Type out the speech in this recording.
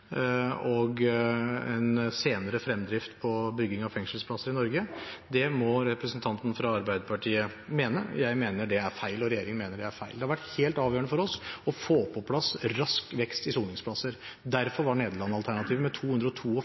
og en senere fremdrift i bygging av fengselsplasser i Norge. Det må representanten fra Arbeiderpartiet gjerne mene. Jeg mener det er feil, og regjeringen mener det er feil. Det har vært helt avgjørende for oss å få på plass en rask vekst i soningsplasser. Derfor var Nederland-alternativet med